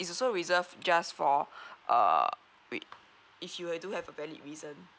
it's also reserve just for err week if you do have a valid reason